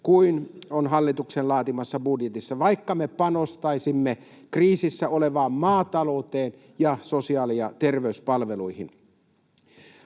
kuin on hallituksen laatimassa budjetissa, vaikka me panostaisimme kriisissä olevaan maatalouteen ja sosiaali- ja terveyspalveluihin.